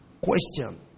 Question